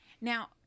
Now